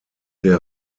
der